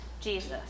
Jesus